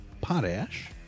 potash